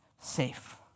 safe